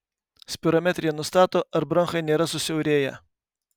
spirometrija nustato ar bronchai nėra susiaurėję